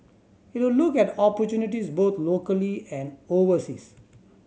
it will look at opportunities both locally and overseas